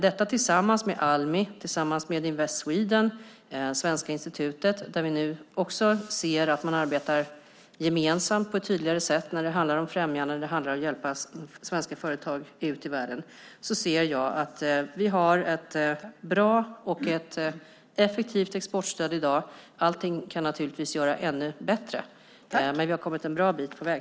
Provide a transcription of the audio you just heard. Detta tillsammans med Almi, Invest Sweden och Svenska institutet, där man nu arbetar gemensamt på ett tydligare sätt när det handlar om främjande och att hjälpa svenska företag ut i världen, visar att vi har ett bra och effektivt exportstöd i dag. Allting kan naturligtvis göras ännu bättre, men vi har kommit en bra bit på väg.